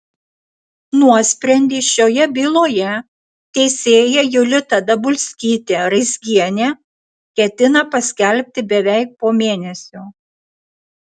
nuosprendį šioje byloje teisėja julita dabulskytė raizgienė ketina paskelbti beveik po mėnesio